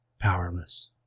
powerless